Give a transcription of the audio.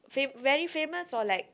fame very famous or like